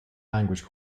language